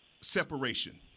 separation